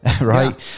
right